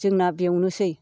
जोंना बेवनोसै